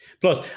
Plus